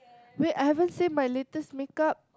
wait I haven't say my latest make-up